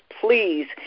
Please